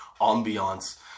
ambiance